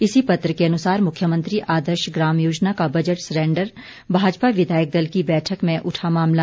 इसी पत्र के अनुसार मुख्यमंत्री आदर्श ग्राम योजना का बजट सरेंडर भाजपा विधायक दल की बैठक में उठा मामला